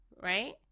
right